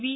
V